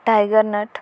tiger nut